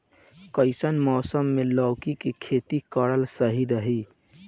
कइसन मौसम मे लौकी के खेती करल सही रही?